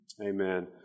Amen